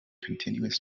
continuous